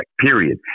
period